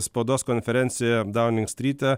spaudos konferencijoje dauning stryte